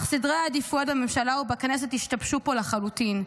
אך סדרי העדיפויות בממשלה ובכנסת השתבשו פה לחלוטין.